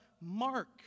mark